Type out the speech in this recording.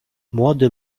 młody